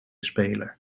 speler